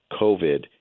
COVID